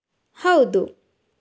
ಹೌದು